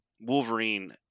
Wolverine